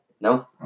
No